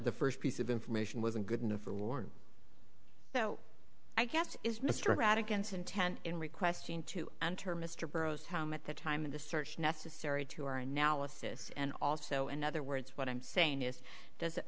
the first piece of information wasn't good enough for warrant so i guess it's mr arad against intent in requesting to enter mr burroughs home at the time of the search necessary to our analysis and also in other words what i'm saying is does it